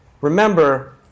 remember